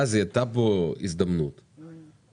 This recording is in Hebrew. התכנון ועומדות בלו"ז,